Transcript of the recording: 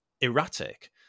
erratic